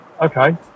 okay